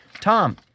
tom